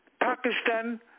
Pakistan